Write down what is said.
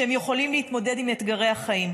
ויכולים להתמודד עם אתגרי החיים.